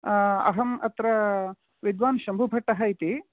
अहम् अत्र विद्वान् शम्भुभट्टः इति